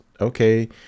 okay